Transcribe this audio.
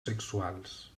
sexuals